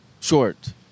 Short